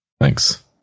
Thanks